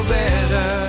better